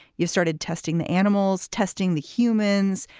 you started testing the animals, testing the humans.